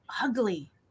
ugly